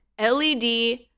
LED